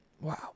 wow